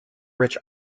rich